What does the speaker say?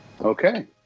Okay